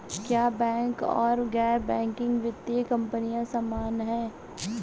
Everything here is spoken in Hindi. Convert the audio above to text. क्या बैंक और गैर बैंकिंग वित्तीय कंपनियां समान हैं?